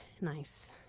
nice